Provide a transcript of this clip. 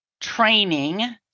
training